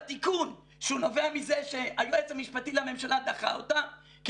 התיקון שהוא נובע מזה שהיועץ המשפטי לממשלה דחה אותה כי